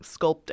sculpting